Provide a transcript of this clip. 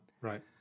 Right